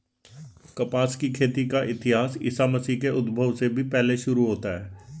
कपास की खेती का इतिहास ईसा मसीह के उद्भव से भी पहले शुरू होता है